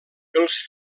els